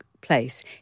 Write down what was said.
place